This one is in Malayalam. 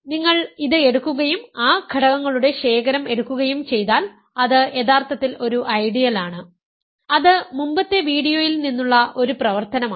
നിങ്ങൾ ഇത് എടുക്കുകയും ആ ഘടകങ്ങളുടെ ശേഖരം എടുക്കുകയും ചെയ്താൽ അത് യഥാർത്ഥത്തിൽ ഒരു ഐഡിയലാണ് അത് മുമ്പത്തെ വീഡിയോയിൽ നിന്നുള്ള ഒരു പ്രവർത്തനമാണ്